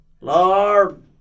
Lord